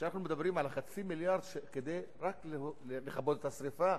אנחנו מדברים על חצי מיליארד כדי רק לכבות את השרפה,